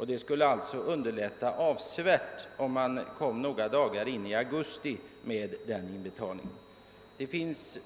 Arbetet skulle avsevärt underlättas, om inbetalningarna kunde ske några dagar in i augusti månad. Det finns